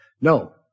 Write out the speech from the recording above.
No